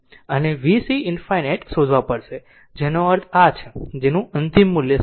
અને vc ∞ શોધવા પડશે જેનો અર્થ આ છે આનું અંતિમ મૂલ્ય શું હશે